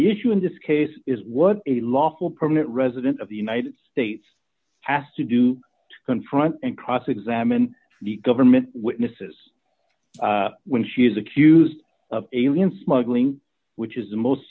issue in this case is what a lawful permanent resident of the united states has to do to confront and cross examine the government witnesses when she is accused of alien smuggling which is the most